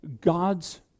God's